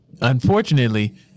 unfortunately